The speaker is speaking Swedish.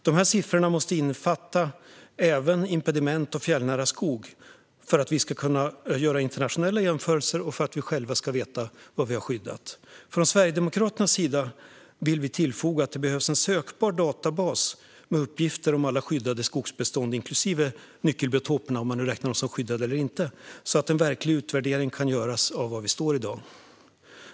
Dessa siffror måste innefatta även impediment och fjällnära skog för att vi ska kunna göra internationella jämförelser och för att vi själva ska veta vad vi har skyddat. Från Sverigedemokraternas sida vill vi tillfoga att det behövs en sökbar databas med uppgifter om alla skyddade skogsbestånd, inklusive nyckelbiotoperna, om man nu räknar dem som skyddade eller inte, så att en verklig utvärdering kan göras av var vi står i dag.